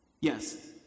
Yes